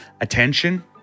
attention